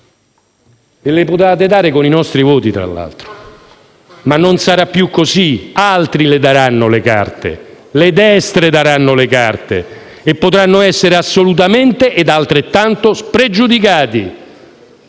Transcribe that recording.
E le potevate dare con i nostri voti, tra l'altro. Ma non sarà più così. Altri daranno le carte, le destre daranno le carte e potranno essere assolutamente e altrettanto spregiudicate,